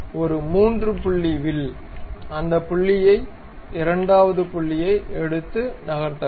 எனவே ஒரு 3 புள்ளி வில் அந்த புள்ளியை இரண்டாவது புள்ளியை எடுத்து நகர்த்தவும்